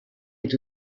est